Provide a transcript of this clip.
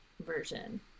version